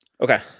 Okay